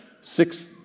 six